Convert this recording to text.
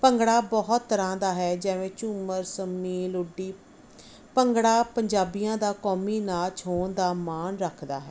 ਭੰਗੜਾ ਬਹੁਤ ਤਰ੍ਹਾਂ ਦਾ ਹੈ ਜਿਵੇਂ ਝੁੰਮਰ ਸੰਮੀ ਲੁੱਡੀ ਭੰਗੜਾ ਪੰਜਾਬੀਆਂ ਦਾ ਕੌਮੀ ਨਾਚ ਹੋਣ ਦਾ ਮਾਣ ਰੱਖਦਾ ਹੈ